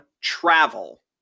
travel